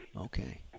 okay